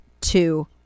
two